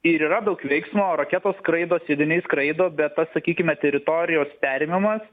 ir yra daug veiksmo raketos skraido sviediniai skraido bet pats sakykime teritorijos perėmimas